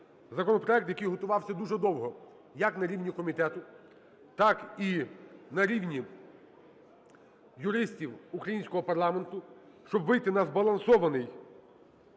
Законопроект, який готувався дуже довго як на рівні комітету, так і на рівні юристів українського парламенту, щоб вийти на збалансований